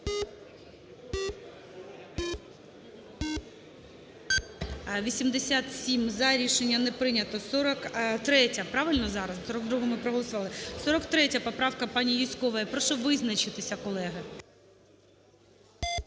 За-87 Рішення не прийнято. 43-я, правильно, зараз? 42-у ми проголосували. 43 поправка пані Юзькової. Прошу визначитися, колеги.